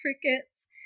crickets